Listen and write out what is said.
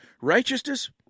Righteousness